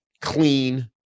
clean